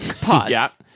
pause